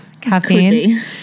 caffeine